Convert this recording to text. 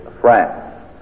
France